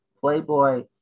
Playboy